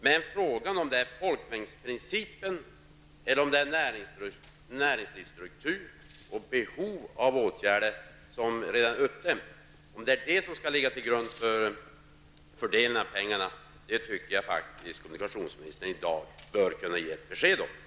Men frågan om det är folkmängdsprincipen eller näringslivets struktur och redan uppdämda behov av åtgärder som skall ligga till grund för en fördelning av pengarna. Jag tycker faktiskt att kommunikationsministern i dag borde kunna ge ett ordentligt besked om detta.